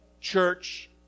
church